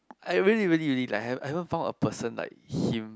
I really really really like I haven't haven't found a person like him